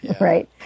right